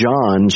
John